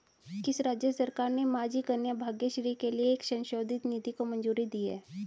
किस राज्य सरकार ने माझी कन्या भाग्यश्री के लिए एक संशोधित नीति को मंजूरी दी है?